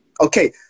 Okay